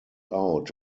out